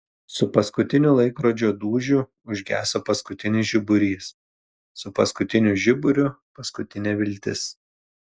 su paskutiniu laikrodžio dūžiu užgeso paskutinis žiburys su paskutiniu žiburiu paskutinė viltis